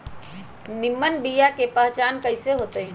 निमन बीया के पहचान कईसे होतई?